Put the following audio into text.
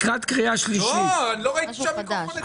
רוצים לקחת כסף מרשויות עשירות ולתת לרשויות חלשות כלכלית.